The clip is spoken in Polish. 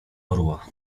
orła